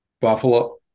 Buffalo